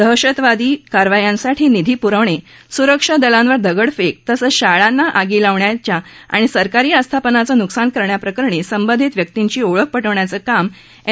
दहशतवादी कारवायांसाठी निधी प्रवणे सुरक्षादलांवर दगडफेक तसंच शाळांना आगी लावण्याच्या आणि सरकारी आस्थापनांचं नुकसान करण्याप्रकरणी संबंधित व्यक्तिंची ओळख पटवण्याचं काम एन